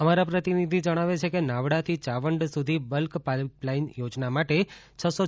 અમારા પ્રતિનિધી જણાવે છે કે નાવડાથી યાવંડ સુધી બલ્ક પાઇપલાઇન યોજના માટે રૂ